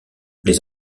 les